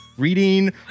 Reading